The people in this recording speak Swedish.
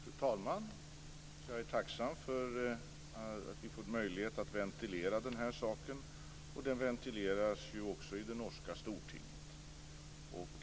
Fru talman! Jag är tacksam för att vi får möjlighet att ventilera den här saken, och den ventileras ju också i det norska Stortinget.